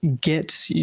get